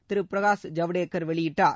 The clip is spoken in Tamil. திரு பிரகாஷ் ஜவ்டேகர் வெளியிட்டார்